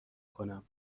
کنم